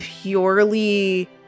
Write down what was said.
purely